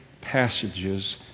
passages